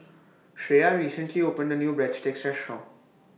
Shreya recently opened A New Breadsticks Restaurant